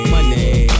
Money